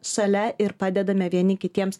šalia ir padedame vieni kitiems